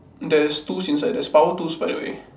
there's tools inside there's power tools by the way